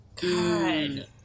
God